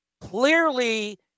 Clearly